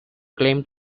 claimed